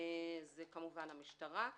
- הם כמובן המשטרה.